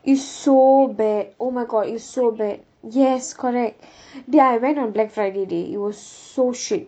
it's so bad oh my god it's so bad yes correct I went on black friday day it was so shit